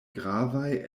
gravaj